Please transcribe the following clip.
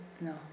No